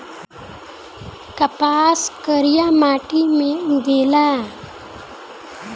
कपास करिया माटी मे उगेला